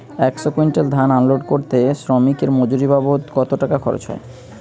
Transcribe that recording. একশো কুইন্টাল ধান আনলোড করতে শ্রমিকের মজুরি বাবদ কত টাকা খরচ হয়?